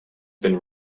been